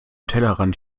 tellerrand